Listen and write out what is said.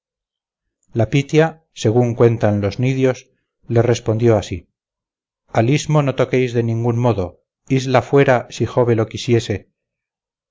la pitia según cuentan los cnidios les respondió así al istmo no toquéis de ningún modo isla fuera si jove lo quisiese